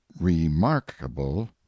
remarkable